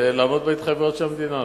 ולעמוד בהתחייבויות של המדינה.